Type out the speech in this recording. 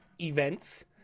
events